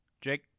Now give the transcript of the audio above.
Jake